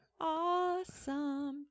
awesome